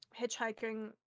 hitchhiking